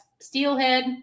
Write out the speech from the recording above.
steelhead